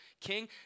king